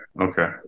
okay